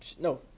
no